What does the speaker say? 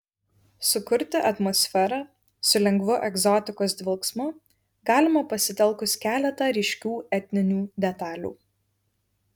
sukurti atmosferą su lengvu egzotikos dvelksmu galima pasitelkus keletą ryškių etninių detalių